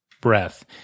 breath